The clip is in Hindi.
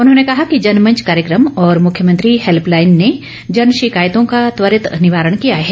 उन्होंने कहा कि जनमंच कार्यकम और मुख्यमंत्री हैल्प लाईन ने जन शिकायतों का त्वरित निवारण किया है